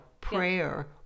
prayer